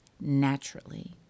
naturally